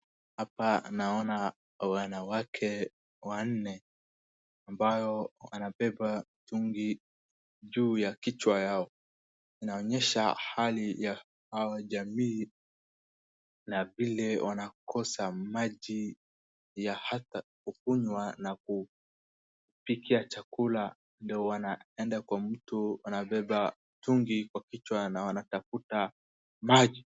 Hapa naona wanawake wanne ambao wamebeba mitungi juu ya kichwa yao, inaonyesha hali ya hawa jamii na vile wanakosa maji ya hata kukunywa na kupikia chakula ndo wanaenda kwa mto wanabeba mitungi kwa kichwa na wanatafuta maji.